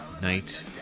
Night